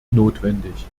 notwendig